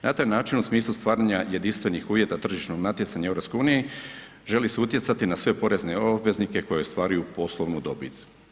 Na taj način u smislu stvaranja jedinstvenih uvjeta tržišnog natjecanja u EU želi se utjecati na sve porezne obveznike koji ostvaruju poslovnu dobit.